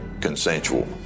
consensual